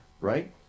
right